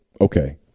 okay